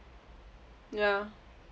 ya